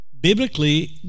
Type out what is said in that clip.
biblically